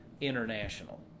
international